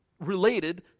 related